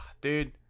dude